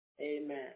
amen